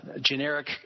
generic